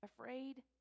afraid